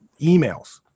emails